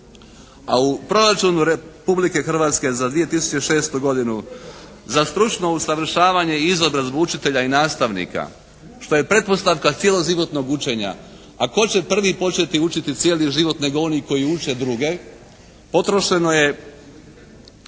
a u proračunu Republike Hrvatske za 2006. godinu za stručno usavršavanje i izobrazbu učitelja i nastavnika što je pretpostavka cjeloživotnog učenja, a tko će prvi početi učiti cijeli život nego oni koji uče druge, potrošeno je